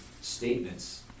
statements